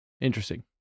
Interesting